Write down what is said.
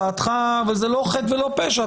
אבל זה לא חטא ולא פשע.